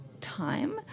time